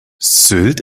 sylt